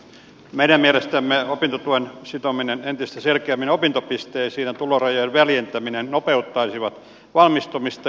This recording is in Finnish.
meidän mielestämme opintotuen sitominen entistä selkeämmin opintopisteisiin ja tulorajojen väljentäminen nopeuttaisivat valmistumista